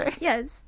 Yes